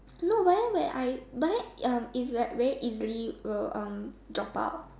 no but then when I but then um it's like very easily will um drop out